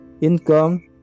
income